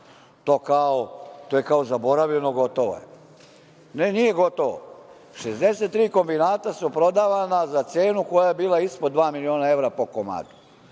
to je kao zaboravljeno, gotovo je. Ne, nije gotovo, 63 kombinata su prodavana za cenu koja je bila ispod dva miliona evra po komadu.